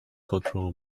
cultural